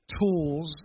tools